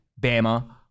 Bama